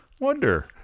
wonder